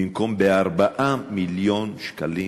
במקום ב-4.5 מיליון שקלים.